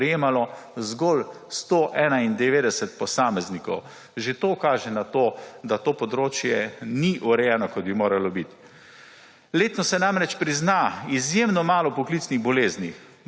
prejemalo zgolj 191 posameznikov. Že to kaže na to, da to področje ni urejeno, kot bi moralo biti. Letno se namreč prizna izjemno malo poklicnih bolezni.